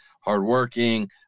hardworking